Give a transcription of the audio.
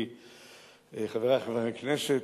חברי חברי הכנסת,